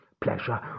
Pleasure